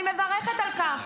אני מברכת על כך,